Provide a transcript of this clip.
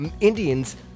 Indians